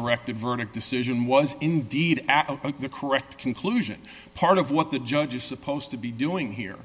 directed verdict decision was indeed the correct conclusion part of what the judge is supposed to be doing here